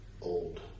Old